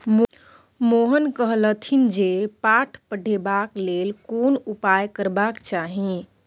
मोहन कहलथि जे पाय पठेबाक लेल कोन उपाय करबाक चाही